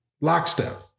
lockstep